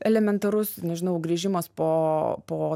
elementarus nežinau grįžimas po po